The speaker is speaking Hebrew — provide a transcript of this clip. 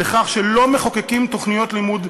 לא מחוקקים תוכניות לימוד,